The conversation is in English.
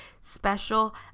special